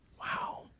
Wow